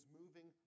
moving